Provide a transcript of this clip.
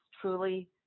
truly